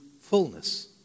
fullness